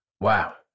Wow